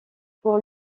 pour